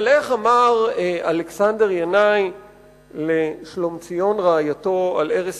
אבל איך אמר אלכסנדר ינאי לשלומציון רעייתו על ערש